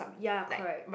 ya correct